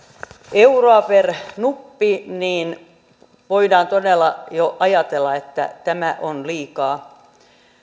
euroa per nuppi niin voidaan todella jo ajatella että tämä on liikaa